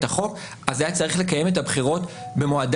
החוק אז היה צריך לקיים את הבחירות במועדן.